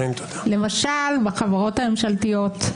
למשל בחברות הממשלתיות.